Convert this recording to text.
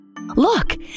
Look